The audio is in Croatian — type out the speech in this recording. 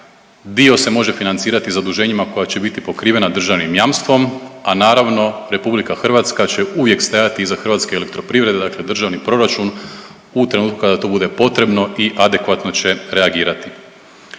dio se može financirati i zaduženjima koja će biti pokrivena državnim jamstvom, a naravno RH će uvijek stajati iza Hrvatske elektroprivrede, dakle državni proračun u trenutku kada to bude potrebno i adekvatno će reagirati.